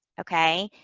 okay?